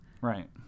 right